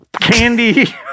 candy